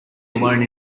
alone